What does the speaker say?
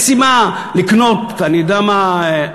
אין סיבה לקנות, אני יודע מה,